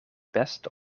beste